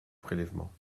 prélèvements